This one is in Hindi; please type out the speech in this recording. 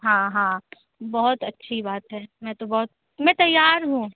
हाँ हाँ बहुत अच्छी बात है मैं तो बहुत मैं तैयार हूँ